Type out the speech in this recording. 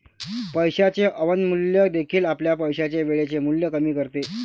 पैशाचे अवमूल्यन देखील आपल्या पैशाचे वेळेचे मूल्य कमी करते